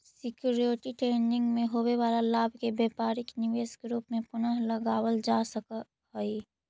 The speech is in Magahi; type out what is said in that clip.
सिक्योरिटी ट्रेडिंग में होवे वाला लाभ के व्यापारिक निवेश के रूप में पुनः लगावल जा सकऽ हई